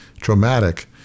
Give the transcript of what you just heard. traumatic